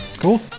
Cool